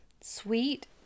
sweet